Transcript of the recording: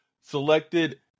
selected